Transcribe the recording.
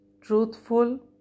truthful